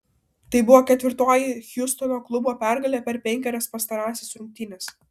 tai buvo ketvirtoji hjustono klubo pergalė per penkerias pastarąsias rungtynes